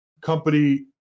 company